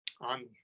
on